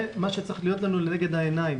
זה מה שצריך להיות לנגד העיניים,